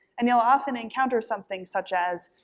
and you'll often encounter something such as,